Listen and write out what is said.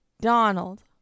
Donald